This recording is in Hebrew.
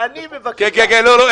ואני מבקש --- לא, לא.